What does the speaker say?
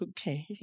Okay